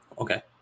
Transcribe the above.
Okay